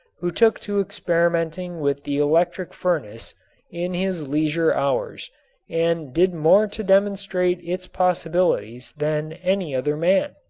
who took to experimenting with the electric furnace in his leisure hours and did more to demonstrate its possibilities than any other man.